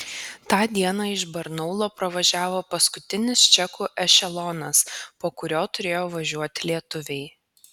tą dieną iš barnaulo pravažiavo paskutinis čekų ešelonas po kurio turėjo važiuoti lietuviai